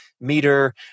meter